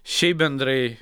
šiaip bendrai